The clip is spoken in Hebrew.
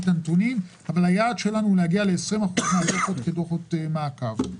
היעד שלנו הוא להגיע ל-20% מהדוחות כדוחות מעקב.